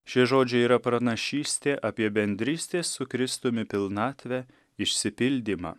šie žodžiai yra pranašystė apie bendrystės su kristumi pilnatvę išsipildymą